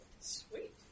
Sweet